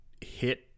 hit